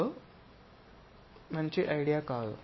కాబట్టి మంచి ఐడియా కాదు